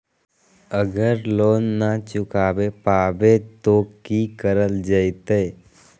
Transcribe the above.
अगर लोन न चुका पैबे तो की करल जयते?